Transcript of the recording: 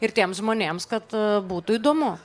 ir tiems žmonėms kad būtų įdomu